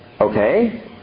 Okay